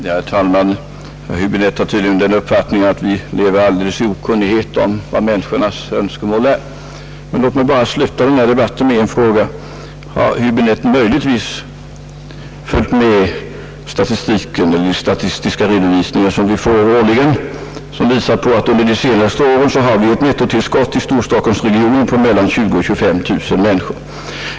Herr talman! Herr Höäbinette har tydligen den uppfattningen att vi helt lever i okunnighet om vad människorna har för önskemål. Låt mig bara sluta denna debatt med en fråga: Har herr Häbinette möjligtvis följt med de statistiska redovisningar som vi årligen får och som visar att vi under de senaste åren i Storstockholmsregionen haft ett nettotillskott på 20 000—25 000 personer?